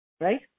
Right